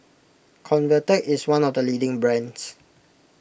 Convatec is one of the leading brands